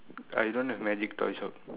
I don't have magic toy shop